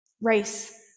race